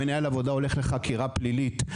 מנהל העבודה הולך לחקירה פלילית.